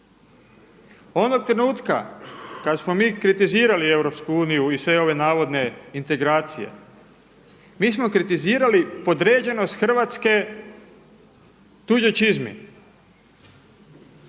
Onog trenutka kada smo mi kritizirali EU i sve ove navodne integracije, mi smo kritizirali podređenost Hrvatske tuđoj čizmi.